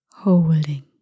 Holding